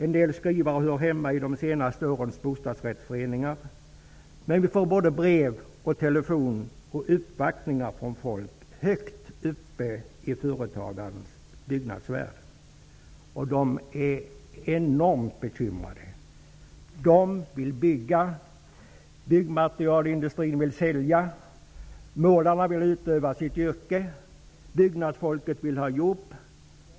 En del som skriver hör hemma i de bostadsrättsföreningar som kommit till under de senaste åren, men vi får även brev, telefonsamtal och uppvaktningar från folk högt uppe i byggföretagens värld. De är enormt bekymrade. De vill bygga. Byggmaterialindustrin vill sälja. Målarna vill utöva sitt yrke. Byggnadsfolket vill ha jobb.